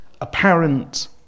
apparent